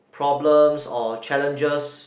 problems or challenges